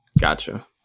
Gotcha